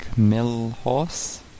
Millhorse